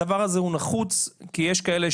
הדבר הזה הוא נחוץ כי יש כאלה